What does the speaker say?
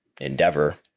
endeavor